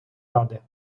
ради